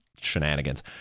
shenanigans